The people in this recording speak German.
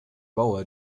bauer